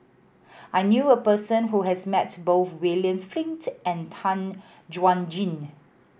I knew a person who has met both William Flint and Tan Chuan Jin